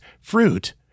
fruit